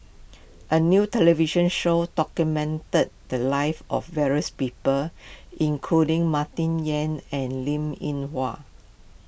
a new television show documented the lives of various people including Martin Yan and Linn in Hua